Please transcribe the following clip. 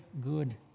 good